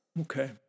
Okay